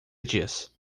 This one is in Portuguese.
diz